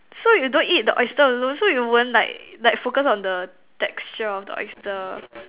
so you don't eat the oyster alone so you won't like like focus on the texture of the oyster